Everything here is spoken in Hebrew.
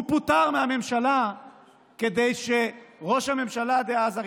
הוא פוטר מהממשלה כדי שראש הממשלה דאז,